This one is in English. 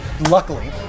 luckily